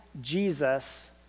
jesus